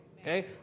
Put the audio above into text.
okay